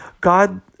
God